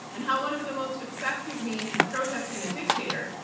and how one of the most effective means of protesting a dictator,